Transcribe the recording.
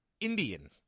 Indian